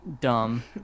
Dumb